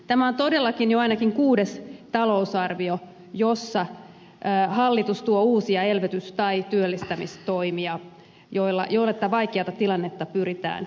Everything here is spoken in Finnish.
tämä on todellakin ainakin jo kuudes talousarvio jossa hallitus tuo uusia elvytys tai työllistämistoimia joilla tätä vaikeata tilannetta pyritään helpottamaan